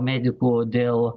medikų dėl